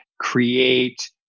create